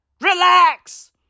Relax